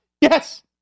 Yes